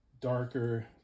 darker